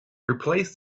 replace